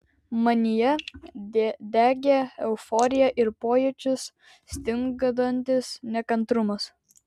manyje degė euforija ir pojūčius stingdantis nekantrumas